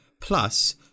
plus